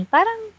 Parang